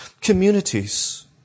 communities